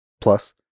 plus